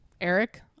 Eric